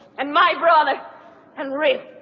and my brother and ray.